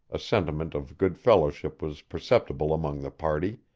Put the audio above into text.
a sentiment of good fellowship was perceptible among the party,